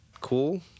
cool